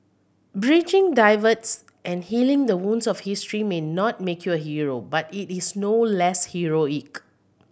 bridging divides and healing the wounds of history may not make you a hero but it is no less heroic